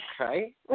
Okay